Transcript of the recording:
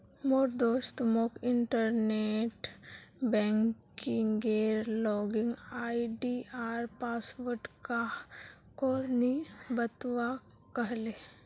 मोर दोस्त मोक इंटरनेट बैंकिंगेर लॉगिन आई.डी आर पासवर्ड काह को नि बतव्वा कह ले